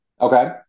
Okay